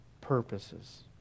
purposes